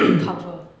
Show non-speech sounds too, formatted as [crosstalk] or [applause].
[coughs]